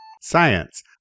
Science